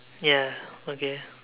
ya okay